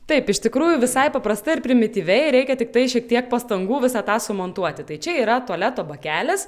taip iš tikrųjų visai paprastai ir primityviai reikia tiktai šiek tiek pastangų visą tą sumontuoti tai čia yra tualeto bakelis